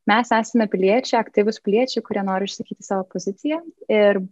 mes esame piliečiai aktyvūs piliečiai kurie nori išsakyti savo poziciją ir